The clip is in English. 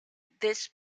this